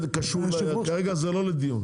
כרגע זה לא לדיון.